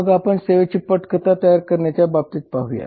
मग आपण सेवेची पटकथा तयार करण्याच्या बाबतीत पाहूया